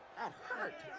that hurt!